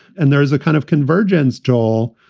and there is a kind of convergence, joel,